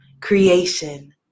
creation